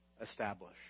establish